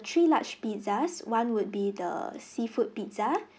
three large pizzas one would be the seafood pizza